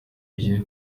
bigiye